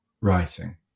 writing